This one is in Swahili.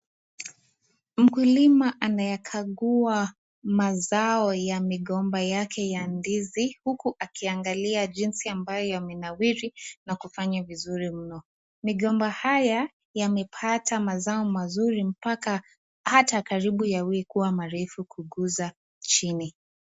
Mkulima anayakagua mazao ya migomba yake ya ndizi huku akiangalia jinsi ambayo yamenawiri na kufanya vizuri mno. Migomba haya yamepata mazao mazuri mpaka hata karibu yawe kua marefu karibu kuguza chini.